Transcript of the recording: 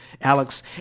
Alex